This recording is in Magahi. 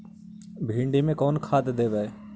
भिंडी में कोन खाद देबै?